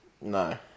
No